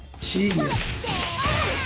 Jeez